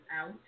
out